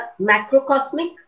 macrocosmic